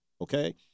Okay